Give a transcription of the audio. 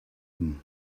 them